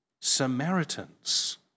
Samaritans